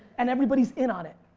and everybody's in on it.